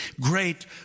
great